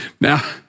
Now